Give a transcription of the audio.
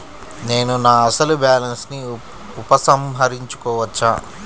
నేను నా అసలు బాలన్స్ ని ఉపసంహరించుకోవచ్చా?